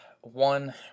one